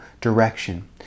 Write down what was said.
direction